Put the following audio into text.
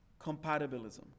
compatibilism